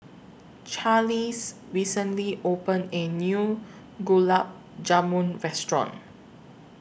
Charlize recently opened A New Gulab Jamun Restaurant